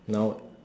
now